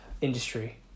industry